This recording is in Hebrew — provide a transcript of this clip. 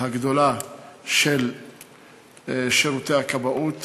הגדולה של שירותי הכבאות